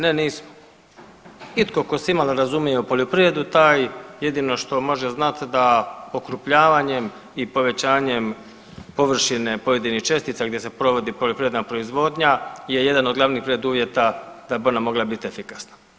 Ne nismo, itko tko se imalo razumije u poljoprivredu taj jedino što može znati da okrupnjavanjem i povećanjem površine pojedinih čestica gdje se provodi poljoprivredna proizvodnja je jedan od glavnih preduvjeta da bi ona mogla biti efikasna.